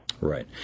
Right